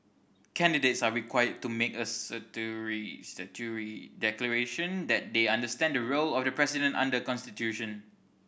candidates are required to make a declaration that they understand the role of the president under constitution